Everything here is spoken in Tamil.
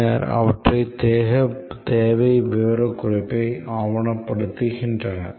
பின்னர் அவர்கள் தேவை விவரக்குறிப்பை ஆவணப்படுத்துகின்றனர்